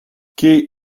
quai